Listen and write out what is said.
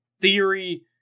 theory